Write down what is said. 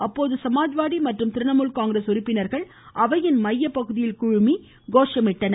அப்போது சமாஜ்வாதி மற்றும் திரிணாமுல் காங்கிரஸ் உறுப்பினர்கள் அவையின் மையபகுதியில் குழுமி கோஷமிட்டனர்